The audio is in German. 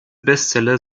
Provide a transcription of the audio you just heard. bestseller